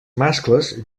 mascles